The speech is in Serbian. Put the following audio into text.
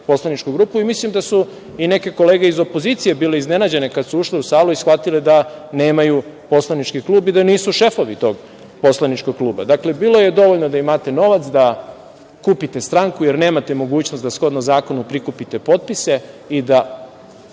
poslaničku grupu. I mislim da su i neke kolege iz opozicije bile iznenađene kada su ušle u salu i shvatile da nemaju poslanički klub i da nisu šefovi tog poslaničkog kluba. Dakle, bilo je dovoljno da imate novac, da kupite stranku jer nemate mogućnost da shodno zakonu prikupite potpise i da